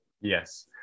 Yes